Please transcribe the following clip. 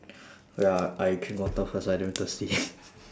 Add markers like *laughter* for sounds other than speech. *breath* wait ah I drink water first I damn thirsty *laughs*